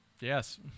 Yes